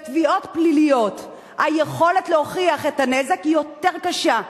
בתביעות פליליות היכולת להוכיח את הנזק היא יותר קשה.